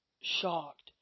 shocked